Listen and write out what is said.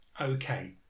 okay